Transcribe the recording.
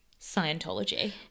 scientology